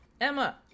emma